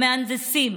המהנדסים,